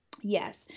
Yes